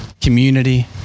community